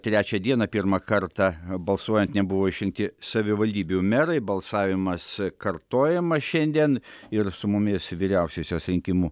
trečią dieną pirmą kartą balsuojant nebuvo išrinkti savivaldybių merai balsavimas kartojamas šiandien ir su mumis vyriausiosios rinkimų